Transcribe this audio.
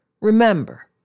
Remember